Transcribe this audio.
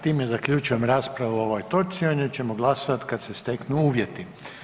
Time zaključujem raspravu o ovoj točci o njoj ćemo glasovati kad se steknu uvjeti.